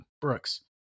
Brooks